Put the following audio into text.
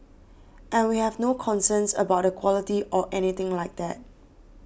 and we have no concerns about the quality or anything like that